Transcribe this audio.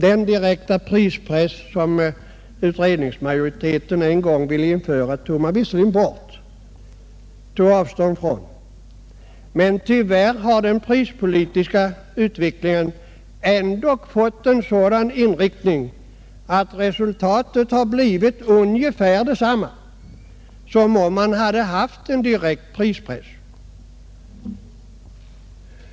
Den direkta prispress som utredningsmajoriteten ville införa tog man visserligen avstånd från, men tyvärr har den prispolitiska utvecklingen ändå fått en sådan inriktning att resultatet har blivit ungefär detsamma som om man hade haft en direkt prispress.